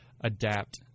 adapt